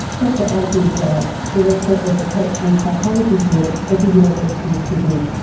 dr anthony grant, director of the coaching psychology unit at the university of sydney.